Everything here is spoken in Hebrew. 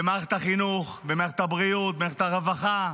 במערכת החינוך, במערכת הבריאות, במערכת הרווחה.